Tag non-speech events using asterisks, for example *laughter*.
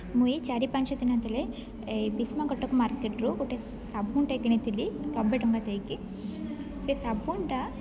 ମୁଁ ଏଇ ଚାରି ପାଞ୍ଚ ଦିନ ତଳେ *unintelligible* କଟକ ମାର୍କେଟ୍ରୁ ଗୋଟେ ସାବୁନଟେ କିଣିଥିଲି ନବେ ଟଙ୍କା ଦେଇକି ସେଇ ସାବୁନଟା